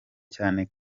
cyane